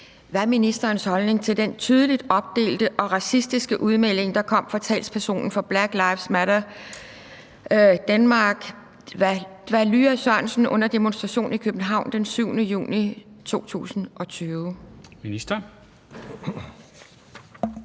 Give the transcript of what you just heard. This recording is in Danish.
Hvad er ministerens holdning til den tydeligt opdelte og racistiske udmelding, der kom fra talspersonen for Black Lives Matter Denmark, Bwalya Sørensen, under en demonstration i København den 7. juni 2020?